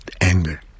anger